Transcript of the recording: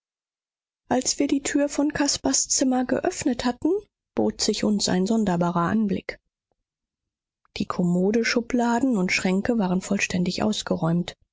als wir die tür von caspars zimmer geöffnet hatten bot sich uns ein sonderbarer anblick die kommodeschubladen und schränke waren vollständig ausgeräumt